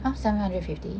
cost seven hundred and fifty